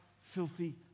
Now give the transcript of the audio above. filthy